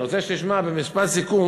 אני רוצה שתשמע במשפט סיכום,